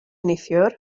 neithiwr